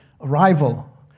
arrival